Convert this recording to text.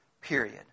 Period